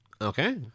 Okay